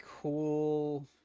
cool